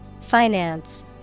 Finance